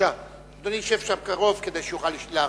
אדוני ישב שם קרוב, כדי שיוכל להרחיב.